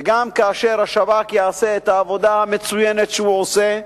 וגם כאשר השב"כ יעשה את העבודה המצוינת שהוא עושה,